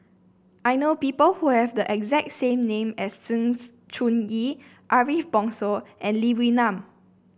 I know people who have the exact same name as Sng Choon Yee Ariff Bongso and Lee Wee Nam